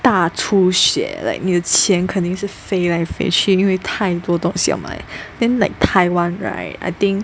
大出血 like 你的钱肯定是飞来飞去因为太多东西要买 then like Taiwan right I think